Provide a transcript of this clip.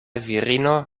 virino